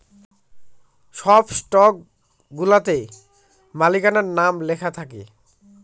সব স্টকগুলাতে মালিকানার নাম লেখা থাকে